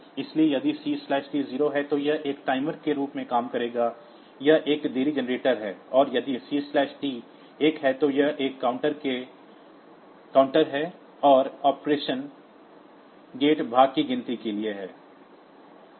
इसलिए यदि C T 0 है तो यह एक टाइमर के रूप में काम करेगा यह एक देरी जनरेटर है और यदि C T 1 है तो यह एक काउंटर है यह ऑपरेशन गेट भाग की गिनती के लिए है